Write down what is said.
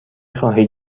خواهی